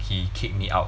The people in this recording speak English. he kicked me out